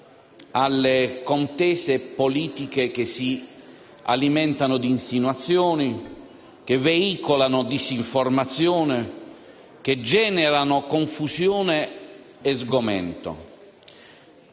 alle contese politiche che si alimentano di insinuazioni, che veicolano disinformazione e generano confusione e sgomento.